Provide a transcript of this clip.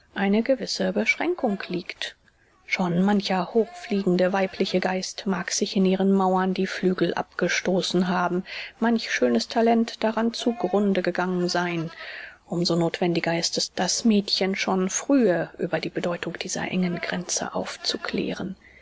eine gewisse beschränkung liegt schon mancher hochfliegende weibliche geist mag sich an ihren mauern die flügel abgestoßen haben manch schönes talent daran zu grunde gegangen sein um so nothwendiger ist es das mädchen schon frühe über die bedeutung dieser engeren gränze aufzuklären